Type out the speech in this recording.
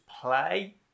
play